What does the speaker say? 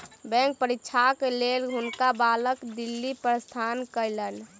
bank परीक्षाक लेल हुनका बालक दिल्ली प्रस्थान कयलैन